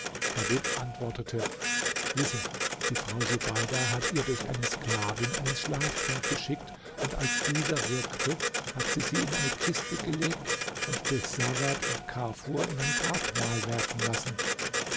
antwortete wisse die frau subeida hat ihr durch eine sklavin einen schlaftrunk geschickt und als dieser wirkte hat sie sie in eine kiste gelegt und durch sawad und kafur in ein grabmal werfen lassen